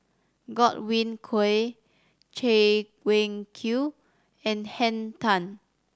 Godwin Koay Chay Weng Q and Henn Tan